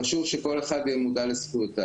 חשוב שכל אחד יהיה מודע לזכויותיו.